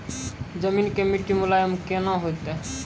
जमीन के मिट्टी मुलायम केना होतै?